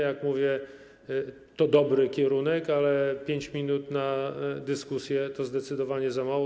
Jak mówię, to dobry kierunek, ale 5 minut na dyskusję to zdecydowanie za mało.